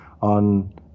on